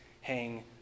hang